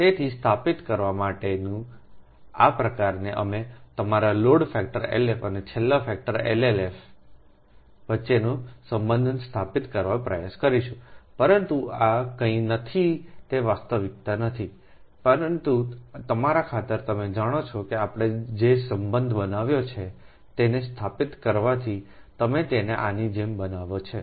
તેથી સ્થાપિત કરવા માટેના આ પ્રકારનો અમે તમારા લોડ ફેક્ટર LF અને છેલ્લા ફેક્ટર LLF વચ્ચેના સંબંધોને સ્થાપિત કરવાનો પ્રયાસ કરીશું પરંતુ આ કંઈ નથી તે વાસ્તવિકતા નથી પરંતુ તમારા ખાતર તમે જાણો છો આપણે જે સંબંધ બનાવ્યો છે તેને સ્થાપિત કરવાથી તમે તેને આની જેમ બનાવે છે